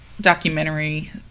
documentary